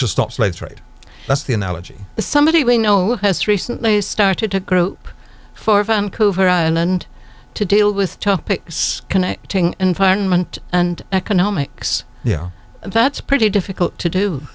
should stop slave trade that's the analogy somebody we know has recently started to grow up for vancouver island to deal with topics connecting environment and economics yeah that's pretty difficult to do